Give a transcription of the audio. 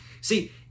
See